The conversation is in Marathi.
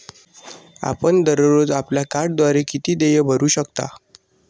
आपण दररोज आपल्या कार्डद्वारे किती देय भरू शकता?